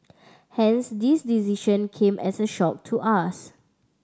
hence this decision came as a shock to us